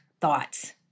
thoughts